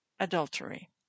Adultery